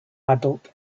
adult